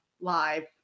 live